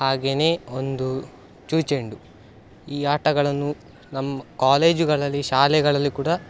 ಹಾಗೆಯೇ ಒಂದು ಚುಚೆಂಡು ಈ ಆಟಗಳನ್ನು ನಮ್ಮ ಕಾಲೇಜುಗಳಲ್ಲಿ ಶಾಲೆಗಳಲ್ಲಿ ಕೂಡ